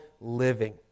living